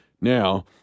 Now